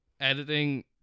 Editing